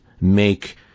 make